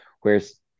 Whereas